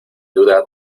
duda